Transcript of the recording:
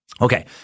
Okay